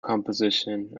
composition